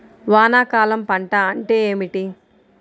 వానాకాలం పంట అంటే ఏమిటి?